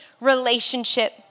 relationship